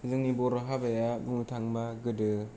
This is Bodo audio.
जोंनि बर' हाबाया बुंनो थाङोबा गोदो